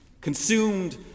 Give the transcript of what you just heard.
consumed